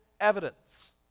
evidence